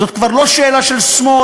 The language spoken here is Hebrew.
זאת כבר לא שאלה של שמאל,